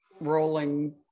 rolling